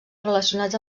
relacionats